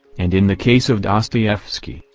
and in the case of dostoyevsky,